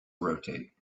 rotate